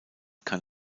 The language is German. kann